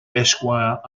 esquire